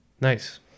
Nice